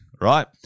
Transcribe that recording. right